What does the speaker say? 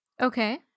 Okay